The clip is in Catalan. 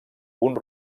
punt